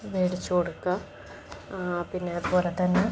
മേടിച്ചു കൊടുക്കുക പിന്നെ അതുപോലെ തന്നെ